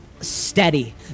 steady